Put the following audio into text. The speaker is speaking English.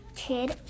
kid